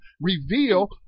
reveal